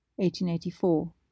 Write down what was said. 1884